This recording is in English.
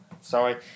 sorry